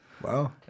Wow